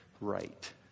right